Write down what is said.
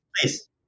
please